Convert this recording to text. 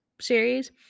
series